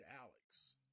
Alex